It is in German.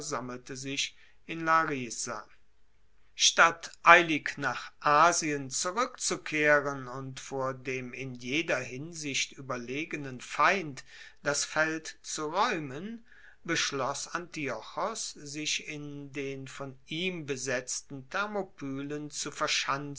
sammelte sich in larisa statt eilig nach asien zurueckzukehren und vor dem in jeder hinsicht ueberlegenen feind das feld zu raeumen beschloss antiochos sich in den von ihm besetzten thermopylen zu